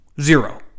Zero